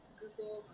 google